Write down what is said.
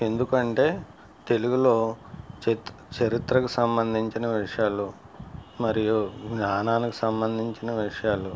ఎందుకంటే తెలుగులో చేత్ చరిత్రకు సంబంధించిన విషయాలు మరియు జ్ఞానానికి సంబంధించిన విషయాలు